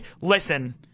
listen